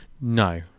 No